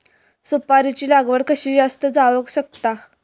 सुपारीची लागवड कशी जास्त जावक शकता?